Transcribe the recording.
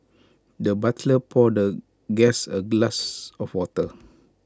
the butler poured guest A glass of water